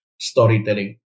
storytelling